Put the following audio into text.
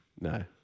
No